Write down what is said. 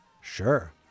sure